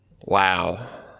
Wow